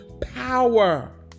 power